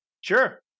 Sure